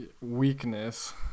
weakness